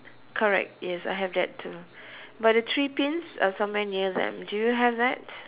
correct yes I have that too but the three pins are somewhere near them do you have that